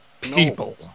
people